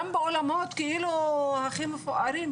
גם באולמות הכי מפוארים,